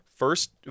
First